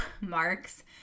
Marks